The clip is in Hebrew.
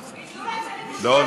לא,